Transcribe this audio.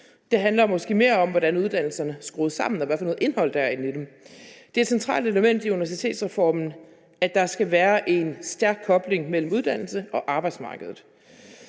Det handler måske mere om, hvordan uddannelserne er skruet sammen, og hvad for noget indhold der er inde i dem. Det centrale element i universitetsreformen er, at der skal være en stærk kobling mellem uddannelse og arbejdsmarked.